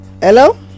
Hello